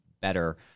better